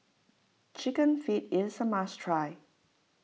Chicken Feet is a must try